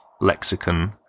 lexicon